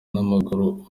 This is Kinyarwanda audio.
n’amaguru